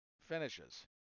finishes